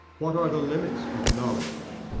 what are the limits of knowledge?